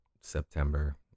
september